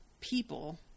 people